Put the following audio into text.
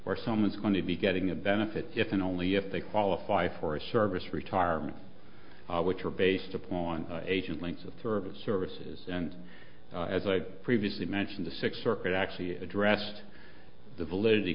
where someone's going to be getting a benefit if and only if they qualify for a service retirement which are based upon agent length of service services and as i previously mentioned the six circuit actually addressed the validity